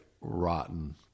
rotten